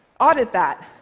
audit that.